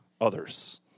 others